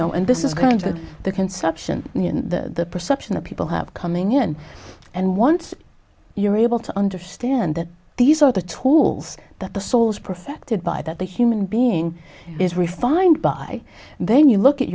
know and this is kind of the conception the perception that people have coming in and once you're able to understand that these are the tools that the souls perfected by that the human being is refined by and then you look at